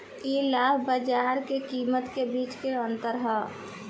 इ लाभ बाजार के कीमत के बीच के अंतर ह